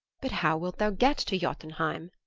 but how wilt thou get to jotunheim?